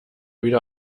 wieder